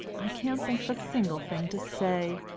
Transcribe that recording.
i can't think of a single thing to say.